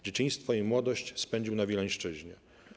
Dzieciństwo i młodość spędził na Wileńszczyźnie.